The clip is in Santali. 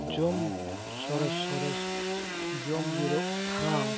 ᱡᱚᱢ ᱥᱚᱨᱮᱥ ᱥᱚᱨᱮᱥ ᱡᱚᱢ ᱡᱤᱨᱟᱹᱜ ᱴᱷᱟᱶ